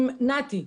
עם נתי.